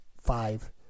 five